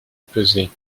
pesé